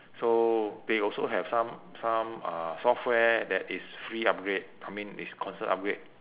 so they also have some some uh software that is free upgrade I mean is consider upgrade